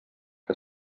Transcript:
que